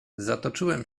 zatoczyłem